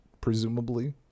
presumably